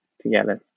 together